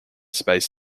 space